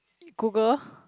Google